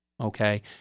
Okay